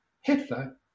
Hitler